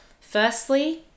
Firstly